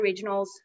regionals